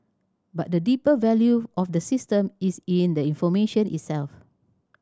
but the deeper value of the system is in the information itself